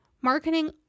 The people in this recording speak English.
Marketing